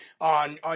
on